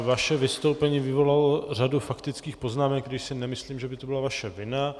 Vaše vystoupení vyvolalo řadu faktických poznámek, i když si nemyslím, že by to byla vaše vina.